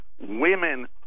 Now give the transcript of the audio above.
women